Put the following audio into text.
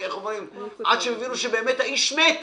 עד שהבינו שבאמת האיש מת.